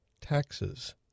taxes